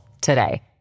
today